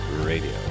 Radio